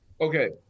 Okay